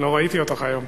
לא ראיתי אותך היום.